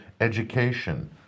education